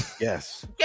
Yes